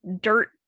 dirt